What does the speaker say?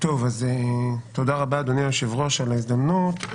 תודה, אדוני, עבור ההזדמנות.